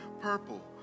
purple